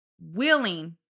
willing